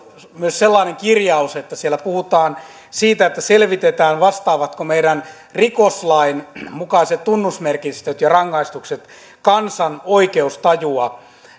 sellainen kirjaus siellä puhutaan siitä että selvitetään vastaavatko meidän rikoslain mukaiset tunnusmerkistöt ja rangaistukset kansan oikeustajua